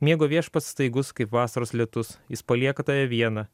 miego viešpats staigus kaip vasaros lietus jis palieka tave vieną